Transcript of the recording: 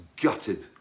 gutted